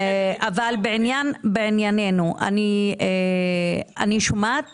בענייננו, אני שומעת